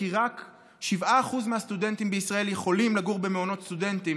כי רק 7% מהסטודנטים בישראל יכולים לגור במעונות סטודנטים,